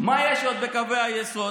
מה עוד יש בקווי היסוד?